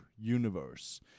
universe